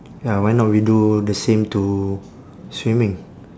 ya why not we do the same to swimming